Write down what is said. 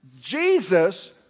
Jesus